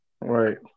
Right